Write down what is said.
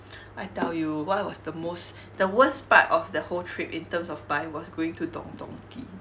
I tell you what was the most the worst part of the trip in terms of buying was going to don-don-donki